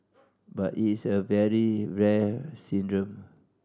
but it's a very rare syndrome